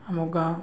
ଆମ ଗାଁ